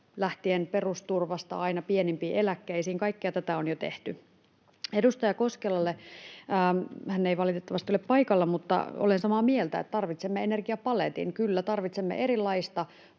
lähtien perusturvasta aina pienimpiin eläkkeisiin. Kaikkea tätä on jo tehty. Edustaja Koskelalle — hän ei valitettavasti ole paikalla: Olen samaa mieltä, että tarvitsemme energiapaletin. Kyllä, tarvitsemme erilaista,